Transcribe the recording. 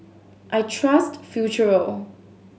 I trust Futuro